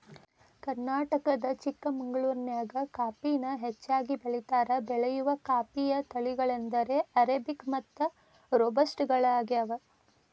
ಕರ್ನಾಟಕದ ಚಿಕ್ಕಮಗಳೂರಿನ್ಯಾಗ ಕಾಫಿನ ಹೆಚ್ಚಾಗಿ ಬೆಳೇತಾರ, ಬೆಳೆಯುವ ಕಾಫಿಯ ತಳಿಗಳೆಂದರೆ ಅರೇಬಿಕ್ ಮತ್ತು ರೋಬಸ್ಟ ಗಳಗ್ಯಾವ